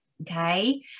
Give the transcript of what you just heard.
Okay